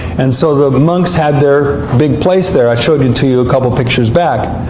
and so the monks had their big place there. i showed it to you a couple pictures back.